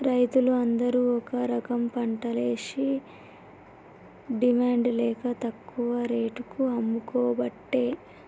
రైతులు అందరు ఒక రకంపంటలేషి డిమాండ్ లేక తక్కువ రేటుకు అమ్ముకోబట్టే